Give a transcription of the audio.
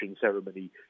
ceremony